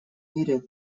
мире